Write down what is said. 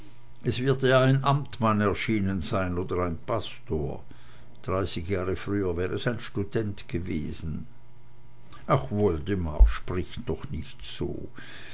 es wird ihr ein amtmann erschienen sein oder ein pastor dreißig jahre früher wär es ein student gewesen ach woldemar sprich doch nicht so